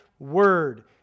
Word